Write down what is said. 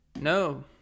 no